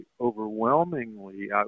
overwhelmingly